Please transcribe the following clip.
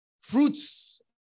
fruits